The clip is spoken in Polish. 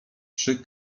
przy